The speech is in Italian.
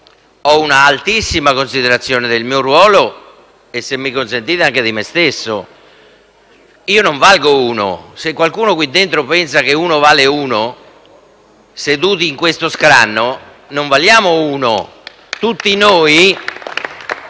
ho una altissima considerazione del mio ruolo e - se mi consentite - anche di me stesso. Io non valgo uno. Qualcuno qui dentro pensa che uno vale uno, ma seduti in questo scranno non valiamo uno. *(Applausi